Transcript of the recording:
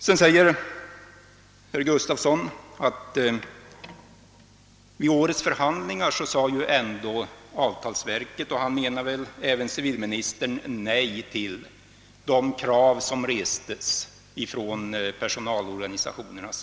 Sedan sade herr Gustavsson att avtalsverket vid årets förhandlingar sade nej — han menade väl då även civilministern — till kraven från personalorganisationerna.